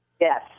Yes